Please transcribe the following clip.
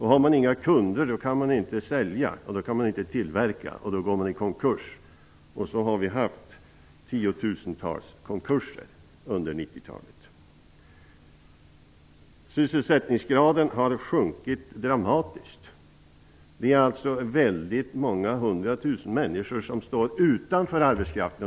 Har man inga kunder kan man inte sälja, och då kan man inte tillverka. Då går man i konkurs. Av den anledningen har vi haft 10 000-tals konkurser under 90-talet. Sysselsättningsgraden har sjunkit dramatiskt. Många 100 000-tals människor står utanför arbetsmarknaden.